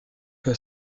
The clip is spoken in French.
que